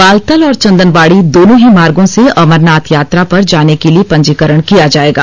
बालतल और चंदनवाडी दोनों ही मार्गों से अमरनाथ यात्रा पर जाने के लिए पंजीकरण किया जाएगा